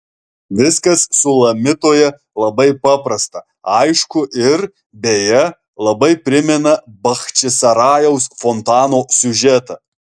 viskas sulamitoje labai paprasta aišku ir beje labai primena bachčisarajaus fontano siužetą